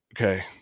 okay